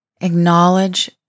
acknowledge